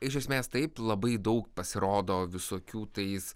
iš esmės taip labai daug pasirodo visokių tais